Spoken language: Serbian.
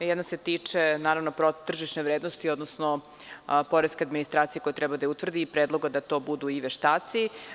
Jedno se tiče, naravno, tržišne vrednosti, odnosno poreske administracije koja treba da je utvrdi i predloga da to budu i veštaci.